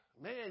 Man